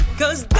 cause